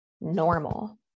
normal